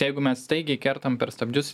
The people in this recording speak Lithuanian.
jeigu mes staigiai kertam per stabdžius